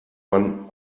man